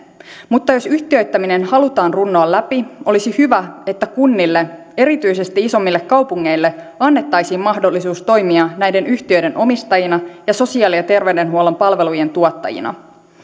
mutta jos yhtiöittäminen halutaan runnoa läpi olisi hyvä että kunnille erityisesti isommille kaupungeille annettaisiin mahdollisuus toimia näiden yhtiöiden omistajina ja sosiaali ja terveydenhuollon palveluiden tuottajina